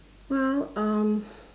well um